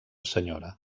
senyora